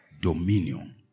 Dominion